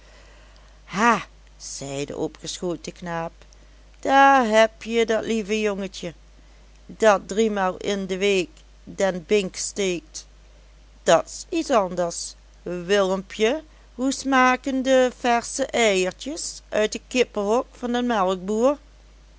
ha zei de opgeschoten knaap daar heb je dat lieve jongetje dat driemaal in de week den bink steekt dat's iets anders willempje hoe smaken de versche eiertjes uit het kippehok van den